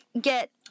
get